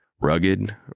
Rugged